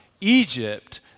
Egypt